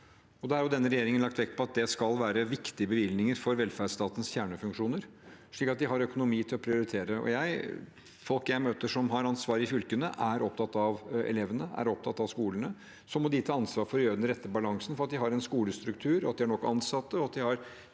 de har. Denne regjeringen har lagt vekt på at det skal være viktige bevilgninger for velferdsstatens kjernefunksjoner, slik at de har økonomi til å prioritere. Folk jeg møter som har ansvar i fylkene, er opptatt av elevene. De er opptatt av skolene. Så må de ta ansvar for å skape den rette balansen og for at de har en skolestruktur, nok ansatte